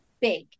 big